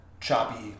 choppy